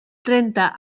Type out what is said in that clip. trenta